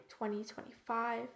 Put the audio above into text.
2025